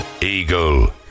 eagle